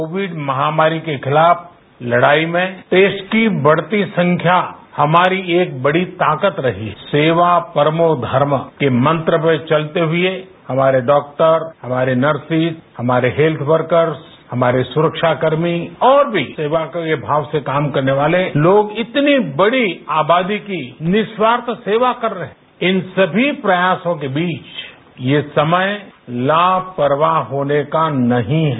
Covid महामारी के खिलाफ लड़ाई में टेस्ट की बढ़ती संख्या हमारी एक बड़ी ताकत रही है सेवा परमो धर्म के मंत्र पर चलते हुए हमारे डॉक्टर हमारे नर्सेज हमारे हेत्थ वर्करस हमारे सुरक्षाकर्मी और भी सेवा के भाव से काम करने वाले लोग इतनी बड़ी आबादी की निःस्वार्थ सेवा कर रहे हैं इन सभी प्रयासों के बीच यह समय लापरवाह होने का नहीं है